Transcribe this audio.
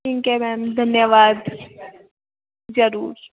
ठीक है मेम धन्यवाद जरूर